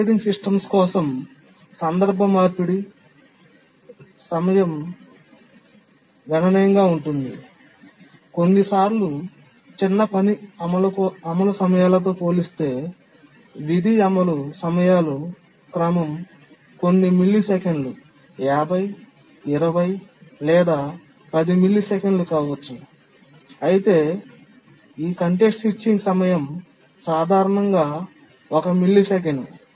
operating systems కోసం సందర్భ మార్పిడి సమయం గణనీయంగా ఉంటుంది కొన్నిసార్లు చిన్న పని అమలు సమయాలతో పోలిస్తే విధి అమలు సమయాలు క్రమం కొన్ని మిల్లీసెకన్లు 50 20 లేదా 10 మిల్లీసెకన్లు కావచ్చు అయితే సందర్భం మారే సమయం సాధారణంగా 1 మిల్లీసెకన్లు